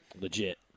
Legit